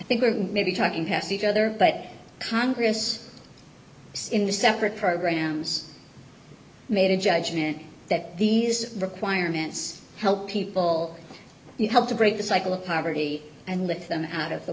i think we're maybe talking past each other but congress in the separate programs made a judgment that these requirements help people you help to break the cycle of poverty and lift them out of the